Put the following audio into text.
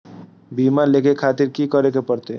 बीमा लेके खातिर की करें परतें?